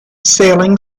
sailing